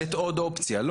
לתת עוד אופציה.